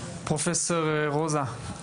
פרופ' רוזה.